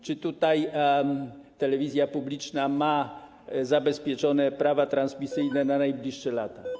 Czy w tym zakresie telewizja publiczna ma zabezpieczone prawa transmisyjne na najbliższe lata?